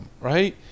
right